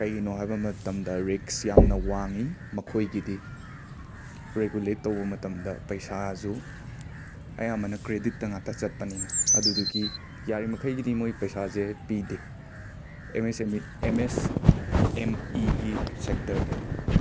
ꯀꯩꯒꯤꯅꯣ ꯍꯥꯏꯕ ꯃꯇꯝꯗ ꯔꯤꯛꯁ ꯌꯥꯝꯅ ꯋꯥꯡꯏ ꯃꯈꯣꯏꯒꯤꯗꯤ ꯔꯦꯒꯨꯂꯦꯠ ꯇꯧꯕ ꯃꯇꯝꯗ ꯄꯩꯁꯥꯖꯨ ꯑꯌꯥꯝꯕꯅ ꯀ꯭ꯔꯦꯗꯤꯠꯇ ꯉꯥꯛꯇ ꯆꯠꯄꯅꯤꯅ ꯑꯗꯨꯗꯨꯒꯤ ꯌꯥꯔꯤꯃꯈꯩꯒꯤꯗꯤ ꯃꯣꯏ ꯄꯩꯁꯥꯖꯦ ꯄꯤꯗꯦ ꯑꯦꯝ ꯃꯦꯁ M E M S M ꯏꯒꯤ ꯁꯦꯛꯇꯔꯗ